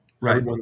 right